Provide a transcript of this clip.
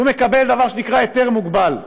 הוא מקבל דבר שנקרא היתר מוגבל.